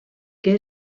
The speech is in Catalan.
que